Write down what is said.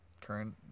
current